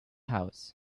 house